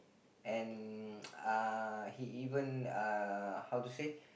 and uh he even uh how to say